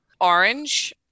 Orange